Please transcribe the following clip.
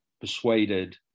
persuaded